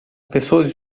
pessoas